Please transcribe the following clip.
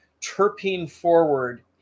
terpene-forward